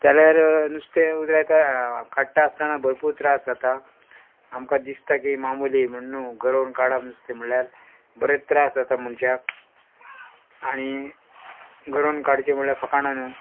जाल्यार नुस्तें उजरायता काडटा आसतना भरपूर त्रास जाता आमकां दिसता की मामुली म्हण न्हू गरोवन काडप नुस्तें म्हणल्यार बरेंत त्रास जाता मनशाक आणी गरोवन काडचें म्हणल्यार फकाणां न्हू